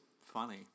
funny